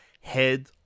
head